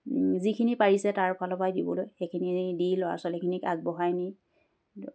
যিখিনি পাৰিছে তাৰ ফালৰ পৰাই দিবলৈ সেইখিনি দি ল'ৰা ছোৱালীখিনিক আগবঢ়াই নি